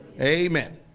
Amen